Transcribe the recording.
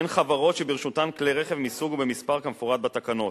הם חברות שברשותן כלי רכב מסוג ובמספר כמפורט בתקנות,